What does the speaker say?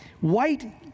white